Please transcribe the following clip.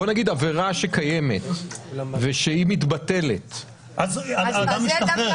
נגיד עברה שקיימת ואז מתבטלת.